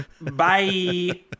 Bye